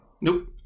Nope